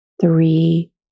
three